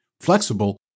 flexible